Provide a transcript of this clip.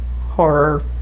horror